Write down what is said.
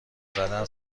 زدن